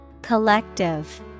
Collective